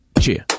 Cheers